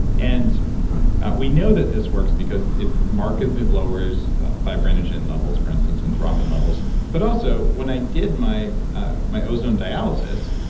and we now that this works because it markedly lowers fibrinogen levels, for instance, and thrombin levels but also, when i did my ah my ozone dialysis,